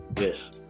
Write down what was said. Yes